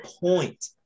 point